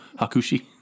Hakushi